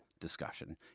discussion